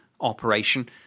operation